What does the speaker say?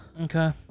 Okay